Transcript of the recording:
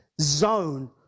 zone